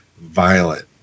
violent